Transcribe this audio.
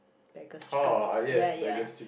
beggar's chicken ya ya